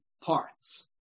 parts